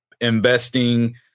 investing